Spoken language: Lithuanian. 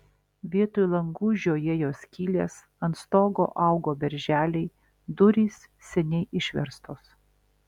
vietoj langų žiojėjo skylės ant stogo augo berželiai durys seniai išverstos